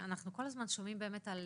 אנחנו כל הזמן שומעים באמת על